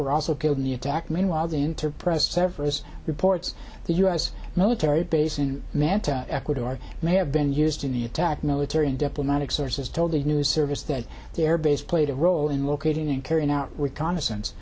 were also killed in the attack meanwhile the inter press severus reports the u s military base in manta ecuador may have been used in the attack military and diplomatic sources told a news service that the air base played a role in locating and carrying out reconnaissance